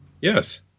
Yes